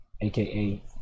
aka